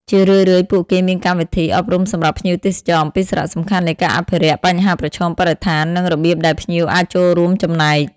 ជារឿយៗពួកគេមានកម្មវិធីអប់រំសម្រាប់ភ្ញៀវទេសចរអំពីសារៈសំខាន់នៃការអភិរក្ស បញ្ហាប្រឈមបរិស្ថាន និងរបៀបដែលភ្ញៀវអាចចូលរួមចំណែក។